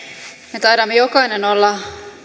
me taidamme jokainen olla